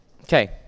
Okay